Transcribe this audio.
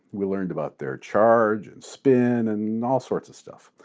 we learned about their charge and spin and all sorts of stuff.